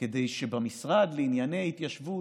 כדי שבמשרד לענייני התיישבות,